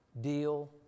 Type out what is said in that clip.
Deal